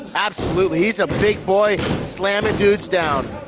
absolutely. he's a big boy, slamming dudes down.